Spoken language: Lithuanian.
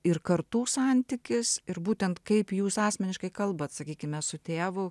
ir kartų santykis ir būtent kaip jūs asmeniškai kalbat sakykime su tėvu